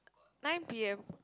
nine p_m